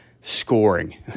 scoring